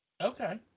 Okay